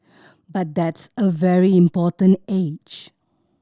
but that's a very important age